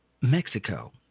Mexico